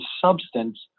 substance